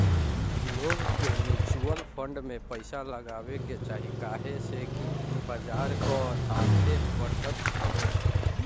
लोग के mutual fund में पइसा लगावे के चाही काहे से कि ई बजार कअ साथे बढ़त हवे